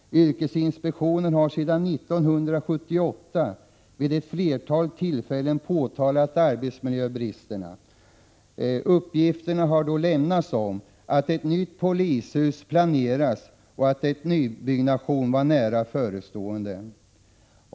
Yrkesinspektionen har sedan 1978 vid ett flertal tillfällen påtalat arbetsmiljöbristerna. Uppgifter har då lämnats om att ett nytt polishus planeras och att en nybyggnation varit nära förestående.